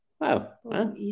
Wow